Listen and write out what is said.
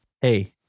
hey